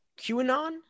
QAnon